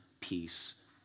peace